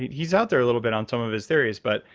he's out there a little bit on some of his theories. but,